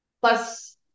Plus